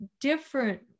different